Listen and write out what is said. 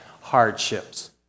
hardships